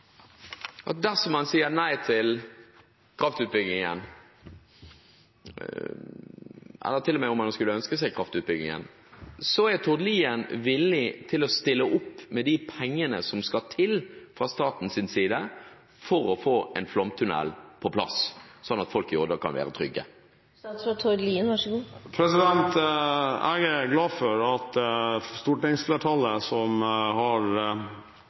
at dersom man sier nei til kraftutbyggingen, eller om man til og med skulle ønske seg kraftutbyggingen, er Tord Lien villig til å stille opp med de pengene som skal til fra statens side for å få en flomtunnel på plass, sånn at folk i Odda kan være trygge? Jeg er glad for at stortingsflertallet som har